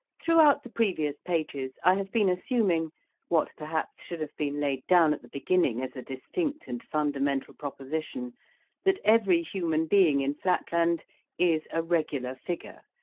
throughout the previous pages i have been assuming what perhaps should have been laid down at the beginning as a distinct and fundamental proposition that every human being in flatland is a regular figure,